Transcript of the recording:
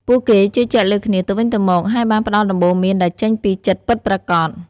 ពួកគេជឿជាក់លើគ្នាទៅវិញទៅមក ហើយបានផ្តល់ដំបូន្មានដែលចេញពីចិត្តពិតប្រាកដ។